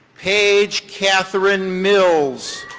paige catherine mills.